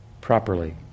properly